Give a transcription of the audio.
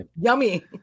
Yummy